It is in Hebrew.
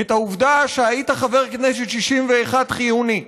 את העובדה שהיית חבר כנסת 61 חיוני,